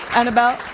Annabelle